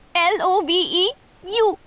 l o v e u.